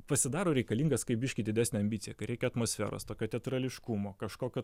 pasidaro reikalingas kai biškį didesnė ambicija kai reikia atmosferos tokio teatrališkumo kažkokio